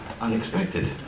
unexpected